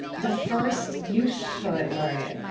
the first youth poet laureate,